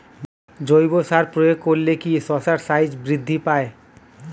জৈব সার প্রয়োগ করলে কি শশার সাইজ বৃদ্ধি পায়?